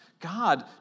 God